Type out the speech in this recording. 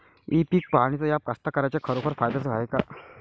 इ पीक पहानीचं ॲप कास्तकाराइच्या खरोखर फायद्याचं हाये का?